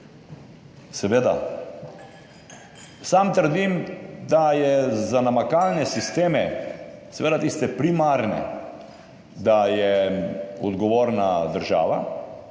Seveda. Sam trdim, da je za namakalne sisteme, seveda tiste primarne, da je odgovorna država,